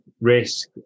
risk